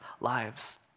lives